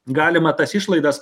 galima tas išlaidas